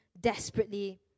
desperately